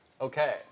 Okay